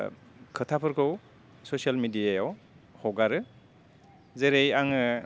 खोथाफोरखौ ससियेल मेडियायाव हगारो जेरै आङो